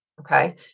okay